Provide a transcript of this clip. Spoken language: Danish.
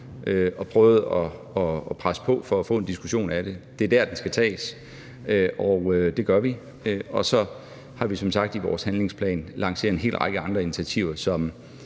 og prøvet at presse på for at få en diskussion af det. Det er dér, den skal tages, og det gør vi. Og så har vi som sagt i vores handlingsplan lanceret en hel række af andre initiativer,